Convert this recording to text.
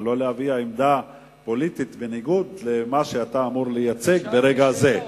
אבל לא להביע עמדה פוליטית בניגוד למה שאתה אמור לייצג ברגע זה.